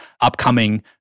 upcoming